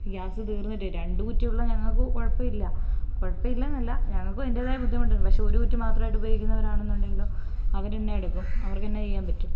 gas തീർന്നിട്ട് രണ്ട് കുറ്റിയുള്ള ഞങ്ങൾക്ക് കുഴപ്പമില്ല കുഴപ്പമില്ല എന്നല്ല ഞങ്ങൾക്കും അതിൻ്റെതായ ബുദ്ധിമുട്ടുണ്ട് പക്ഷെ ഒരു കുറ്റി മാത്രമായിട്ട് ഉപയോഗിക്കുന്നവരാണ്ന്നു എന്നുണ്ടെങ്കിലോ അവർ എന്നാ എടുക്കും അവർക്ക് എന്നാ ചെയ്യാൻ പറ്റും